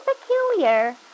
peculiar